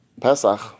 Pesach